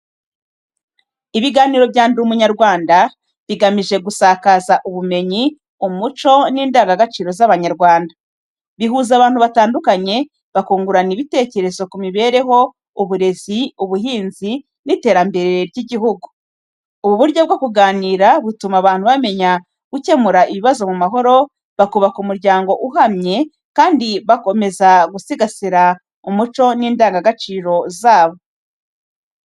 Ibiganiro bya Ndi Umunyarwanda bigamije gusakaza ubumenyi, umuco n’indangagaciro z’Abanyarwanda. Bihuza abantu batandukanye, bakungurana ibitekerezo ku mibereho, uburezi, ubuhinzi n’iterambere ry’igihugu. Ubu buryo bwo kuganira butuma abantu bamenya gukemura ibibazo mu mahoro, bakubaka umuryango uhamye kandi bakomeza gusigasira umuco n’indangagaciro zabo.